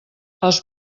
els